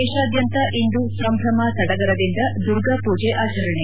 ದೇಶಾದ್ಲಂತ ಇಂದು ಸಂಭ್ರಮ ಸಡಗರದಿಂದ ದುರ್ಗಾ ಪೂಜೆ ಆಚರಣೆ